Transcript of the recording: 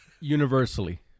universally